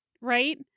Right